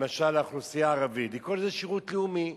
למשל לאוכלוסייה הערבית, לקרוא לזה שירות לאומי.